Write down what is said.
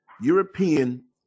European